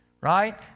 right